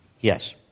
Yes